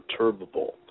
perturbable